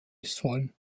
westfalen